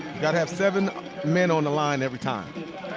got to have seven men on the line every time.